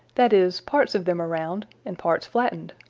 that is, parts of them are round and parts flattened.